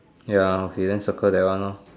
ya okay then circle that one hor